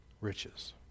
riches